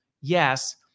yes